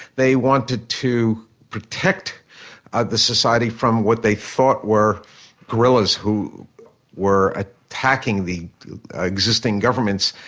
they wanted to protect ah the society from what they thought were guerrillas who were ah attacking the existing governments.